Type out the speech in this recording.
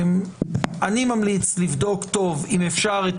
אני ממליץ לבדוק היטב אם אפשר לשמור